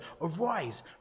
Arise